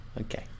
okay